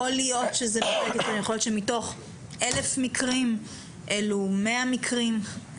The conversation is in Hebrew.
יכול להיות שמתוך 1,000 מקרים אלו 100 מקרים,